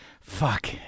fuck